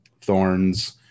thorns